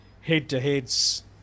head-to-heads